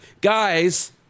guys